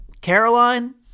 Caroline